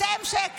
אתם,